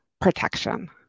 protection